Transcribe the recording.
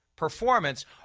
performance